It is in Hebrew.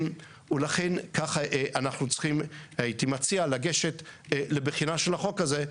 ולכן אני הייתי מציע לגשת לבחינה של החוק הזה.